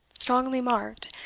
strongly marked,